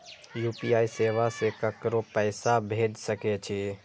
UPI सेवा से ककरो पैसा भेज सके छी?